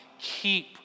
keep